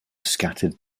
scattered